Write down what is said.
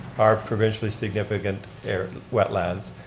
are provincially significant wetlands.